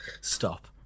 Stop